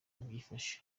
byifashe